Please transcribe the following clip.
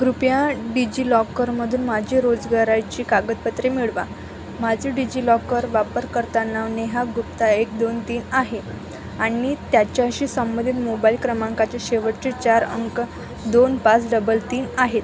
कृपया डिजि लॉकरमधून माझी रोजगाराची कागदपत्रे मिळवा माझे डिजि लॉकर वापरकर्ता नाव नेहा गुप्ता एक दोन तीन आहे आणि त्याच्याशी संबंधित मोबाईल क्रमांकाचे शेवटचे चार अंक दोन पाच डबल तीन आहे